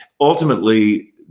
ultimately